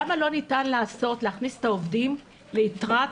למה לא ניתן להכניס את העובדים ליתרת